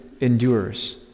endures